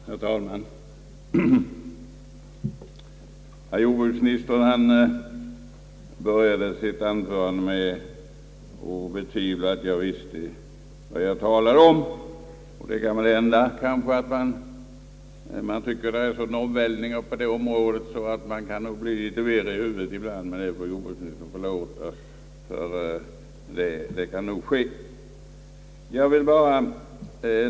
Herr talman! Herr jordbruksministern började sitt anförande med att betvivla att jag visste vad jag talade om. Det kan väl hända att man tycker att det är så stora omvälvningar på detta område att man nog kan bli litet virrig ibland, men det får jordbruksministern förlåta.